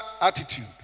attitude